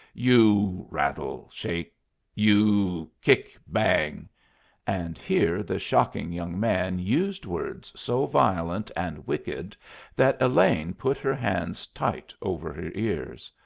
you rattle, shake you kick, bang and here the shocking young man used words so violent and wicked that elaine put her hands tight over her ears.